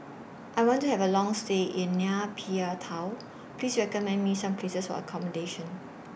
I want to Have A Long stay in Nay Pyi Taw Please recommend Me Some Places For accommodation